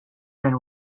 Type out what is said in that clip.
been